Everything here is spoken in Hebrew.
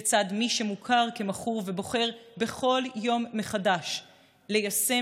לצד מי שמוכר כמכור ובוחר בכל יום מחדש ליישם